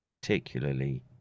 particularly